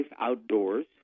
outdoors